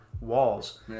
walls